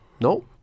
No